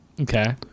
Okay